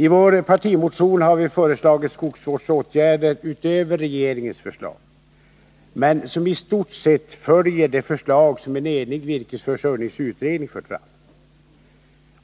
I vår partimotion har vi föreslagit skogsvårdsåtgärder utöver regeringens förslag vilka dock i stort sett följer det förslag som en enig virkesförsörjningsutredning lagt fram.